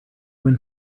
when